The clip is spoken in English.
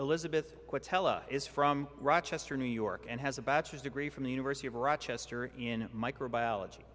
elizabeth is from rochester new york and has a bachelor's degree from the university of rochester in microbiology